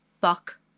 fuck